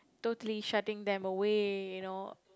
totally shutting them away you know